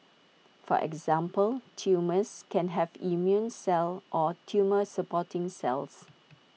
for example tumours can have immune cells or tumour supporting cells